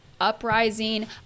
uprising